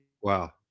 wow